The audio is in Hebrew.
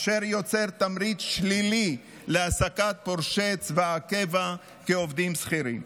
אשר יוצר תמריץ שלילי להעסקת פורשי צבא הקבע כעובדים שכירים.